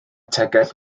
tegell